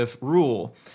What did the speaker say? rule